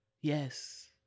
Yes